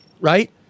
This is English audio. right